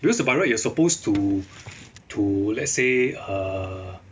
because by right you are supposed to to let's say err